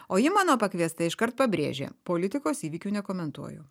o ji mano pakviesta iškart pabrėžė politikos įvykių nekomentuoju